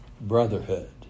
brotherhood